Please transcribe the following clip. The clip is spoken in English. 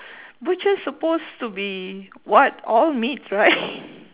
butchers supposed to be what all meat right